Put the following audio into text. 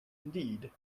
indeed